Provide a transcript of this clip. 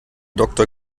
doktor